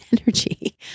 energy